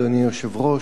אדוני היושב-ראש,